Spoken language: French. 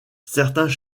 certains